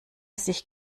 sich